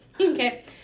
Okay